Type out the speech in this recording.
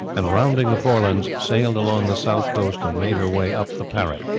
and rounding the forelands, sailed along the south coast and made her way up the parrot.